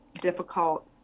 difficult